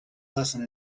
lesson